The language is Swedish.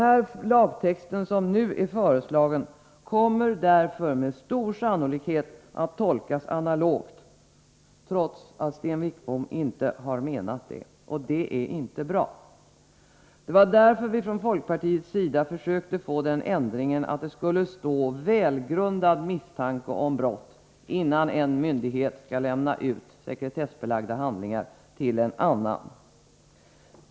Den lagtext som nu är föreslagen kommer med stor sannolikhet att tolkas analogt, trots att Sten Wickbom inte har menat det så, och det är inte bra. Det är därför vi från folkpartiets sida försökte få den ändringen att det skulle krävas ”välgrundad misstanke om brott” innan en myndighet kan lämna ut sekretessbelagda handlingar till en annan.